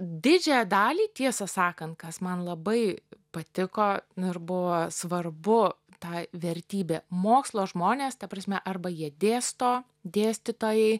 didžiąją dalį tiesą sakant kas man labai patiko nu ir buvo svarbu ta vertybė mokslo žmonės ta prasme arba jie dėsto dėstytojai